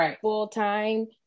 full-time